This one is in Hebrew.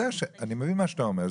אני מבין את מה שאתה אומר,